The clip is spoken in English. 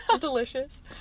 delicious